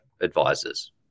advisors